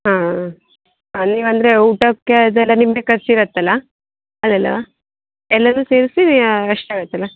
ಹಾಂ ಹಾಂ ನೀವು ಅಂದರೆ ಊಟಕ್ಕೆ ಅದೆಲ್ಲ ನಿಮ್ದೆ ಖರ್ಚ್ ಇರುತ್ತಲ ಅದೆಲ್ಲ ಎಲ್ಲಾ ಸೇರಿಸಿ ಅಷ್ಟು ಆಗುತ್ತಲ